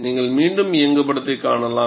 நீங்கள் மீண்டும் இயங்குபடத்தை காணலாம்